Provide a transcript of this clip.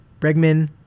Bregman